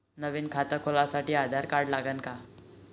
नवीन खात खोलासाठी आधार कार्ड लागन का?